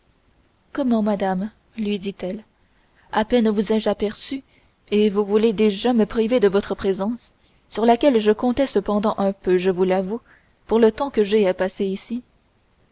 comment madame lui dit-elle à peine vous ai-je aperçue et vous voulez déjà me priver de votre présence sur laquelle je comptais cependant un peu je vous l'avoue pour le temps que j'ai à passer ici